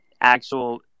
actual